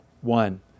One